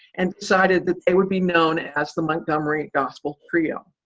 and decided that they would be known as the montgomery gospel trio.